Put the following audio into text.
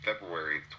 February